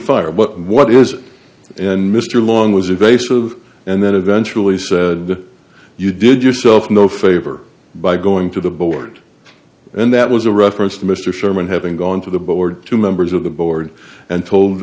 fired what is in mr long was a base of and then eventually said you did yourself no favor by going to the board and that was a reference to mr sherman having gone to the board to members of the board d and told